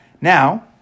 Now